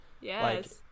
yes